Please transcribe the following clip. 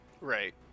Right